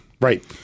right